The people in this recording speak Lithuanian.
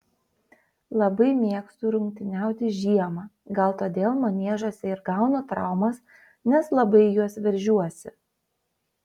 labai mėgstu rungtyniauti žiemą gal todėl maniežuose ir gaunu traumas nes labai į juos veržiuosi